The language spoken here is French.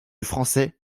français